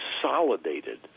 Consolidated